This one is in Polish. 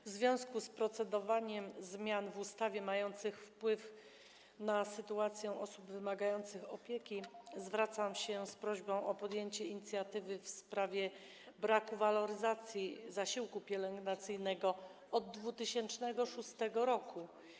W związku z procedowaniem nad zmianami w ustawie mającymi wpływ na sytuację osób wymagających opieki zwracam się z prośbą o podjęcie inicjatywy w sprawie braku waloryzacji zasiłku pielęgnacyjnego od 2006 r.